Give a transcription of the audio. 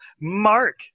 Mark